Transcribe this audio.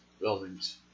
Buildings